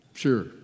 Sure